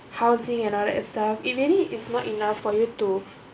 housing and all that stuff it really is not enough for you to